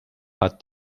hat